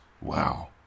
Wow